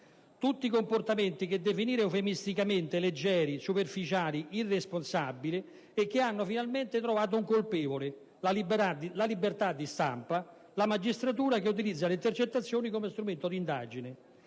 Tutti comportamenti che definite eufemisticamente leggeri, superficiali, irresponsabili, e che hanno trovato finalmente un colpevole: la libertà di stampa e la magistratura che utilizza le intercettazioni come strumento di indagine.